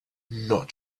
not